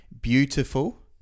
Beautiful